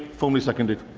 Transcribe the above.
formerly seconded.